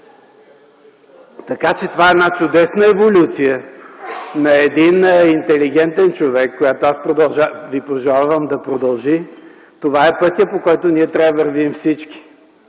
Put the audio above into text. Така че това е една чудесна еволюция на един интелигентен човек, която аз Ви пожелавам да продължи. Това е пътят, по който трябва да вървим всички.